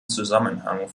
zusammenhang